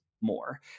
more